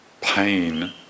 pain